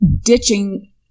ditching